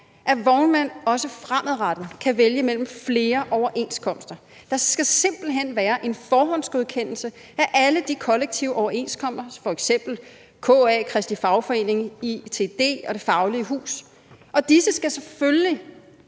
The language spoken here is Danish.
at vognmænd også fremadrettet kan vælge mellem flere overenskomster. Der skal simpelt hen være en forhåndsgodkendelse af alle de kollektive overenskomster, f.eks. KA – Kristelig Arbejdsgiverforening – ITD og Det Faglige Hus. Og disse skal selvfølgelig